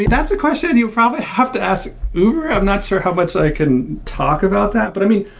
that's a question you probably have to ask. i'm not sure how much i can talk about that. but i mean,